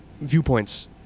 viewpoints